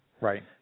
right